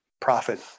profit